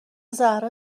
زهرا